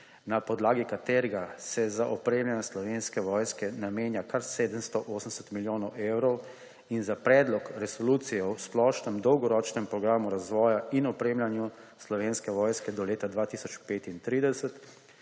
na podlagi katerega se za opremljanje Slovenske vojske namenja kar 780 milijonov evrov, in za Predlog resolucije o splošnem dolgoročnem programu razvoja in opremljanja Slovenske vojske do leta 2035,